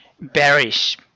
Bearish